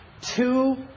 Two